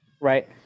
Right